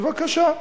בבקשה.